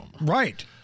right